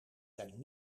zijn